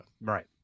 Right